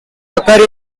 occur